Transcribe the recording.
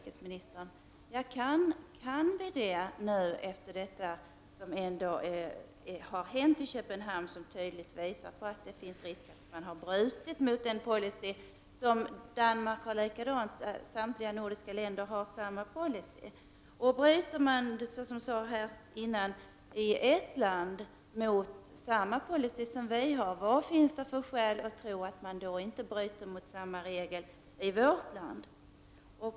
Kan vi det efter det som har hänt i Köpenhamn och som tydligt visar på att det finns risk att det bryts mot denna policy? Samtliga nordiska länder har samma policy. Bryts det då i ett land mot en likadan policy som vi har, vad finns det för skäl att tro att det inte bryts mot samma regel i vårt land?